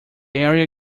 area